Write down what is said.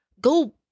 go